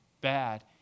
bad